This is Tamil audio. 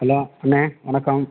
ஹலோ அண்ணா வணக்கம்